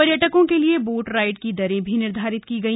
पर्यटकों के लिए बोट राइड की दरें भी निर्धारित की गई